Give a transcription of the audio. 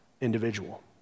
individual